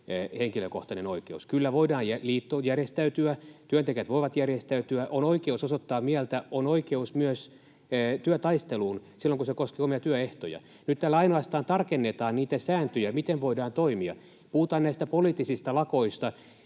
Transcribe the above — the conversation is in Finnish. henkilökohtainen oikeus. Kyllä voidaan liittoon järjestäytyä. Työntekijät voivat järjestäytyä. On oikeus osoittaa mieltä ja on oikeus myös työtaisteluun silloin, kun se koskee omia työehtoja. Nyt tällä ainoastaan tarkennetaan niitä sääntöjä, miten voidaan toimia. Puhutaan näistä poliittisista lakoista.